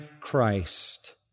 Christ